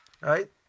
right